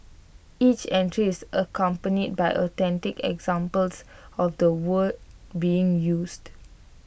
each entry is accompanied by authentic examples of the word being used